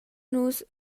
nus